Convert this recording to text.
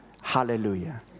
Hallelujah